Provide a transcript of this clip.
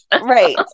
right